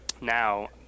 now